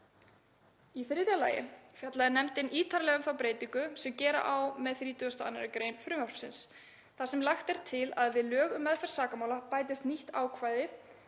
Í þriðja lagi fjallaði nefndin ítarlega um þá breytingu sem gera á með 32. gr. frumvarpsins þar sem lagt er til að við lög um meðferð sakamála bætist nýtt ákvæði